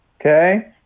okay